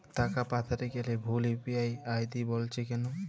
টাকা পাঠাতে গেলে ভুল ইউ.পি.আই আই.ডি বলছে কেনো?